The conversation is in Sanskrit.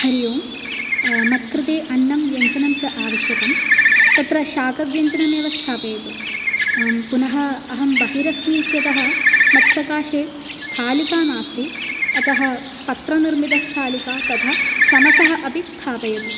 हरिः ओम् मत्कृते अन्नं व्यञ्जनम् च आवश्यकं तत्र शाकव्यञ्जनमेव स्थापयतु पुनः अहं बहिरस्मि इत्यतः मत्सकाशे स्थालिका नास्ति अतः पत्रनिर्मितस्थालिका तथा चमसः अपि स्थापयतु